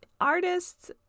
artists